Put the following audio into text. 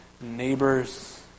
neighbors